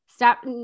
Stop